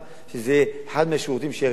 שזה יהיה אחד מהשירותים שהעירייה נותנת.